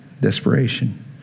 desperation